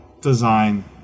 design